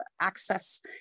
access